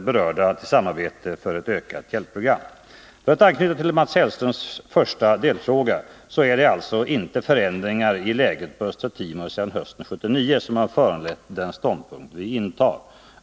berörda till samarbete för ett ökat hjälpprogram. För att anknyta till Mats Hellströms första delfråga så är det alltså inte förändringar i läget på Östra Timor sedan hösten 1979 som har föranlett den ståndpunkt vi intar.